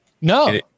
No